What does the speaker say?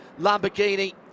Lamborghini